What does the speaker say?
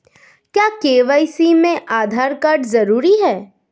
क्या के.वाई.सी में आधार कार्ड जरूरी है?